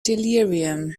delirium